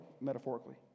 metaphorically